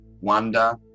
wonder